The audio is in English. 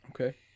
Okay